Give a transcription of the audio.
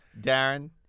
Darren